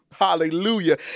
Hallelujah